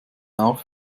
auf